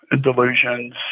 delusions